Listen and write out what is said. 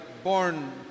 Born